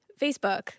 Facebook